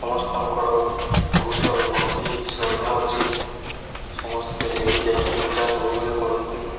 ସମସ୍ତଙ୍କର ବହୁତ ଭକ୍ତି ଶ୍ରଦ୍ଧା ଅଛି ସମସ୍ତେ ସେଇଠି ଯାଇକି ପୂଜା ସବୁବେଳେ କରନ୍ତି